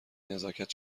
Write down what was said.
نزاکت